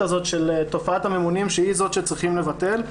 הזאת של תופעת הממונים שהיא זאת שצריכים לבטל.